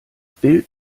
bild